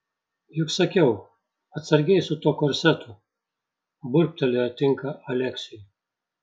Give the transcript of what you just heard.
juk sakiau atsargiai su tuo korsetu burbtelėjo tinka aleksiui